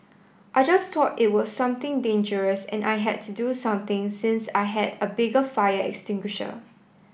I just thought it was something dangerous and I had to do something since I had a bigger fire extinguisher